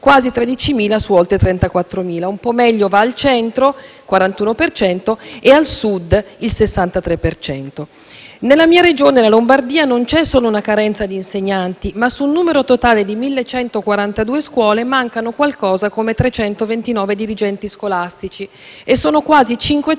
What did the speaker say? quasi 13.000 su oltre 34.000. Un po' meglio va al Centro (41 per cento) e al Sud (63 per cento). Nella mia Regione, la Lombardia, non c'è solo una carenza di insegnanti, ma su un numero totale di 1.142 scuole mancano qualcosa come 329 dirigenti scolastici e sono quasi 500